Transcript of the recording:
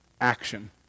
action